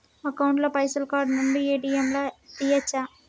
Account ల పైసల్ card నుండి ఏ.టి.ఎమ్ లా తియ్యచ్చా?